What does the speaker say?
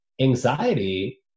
anxiety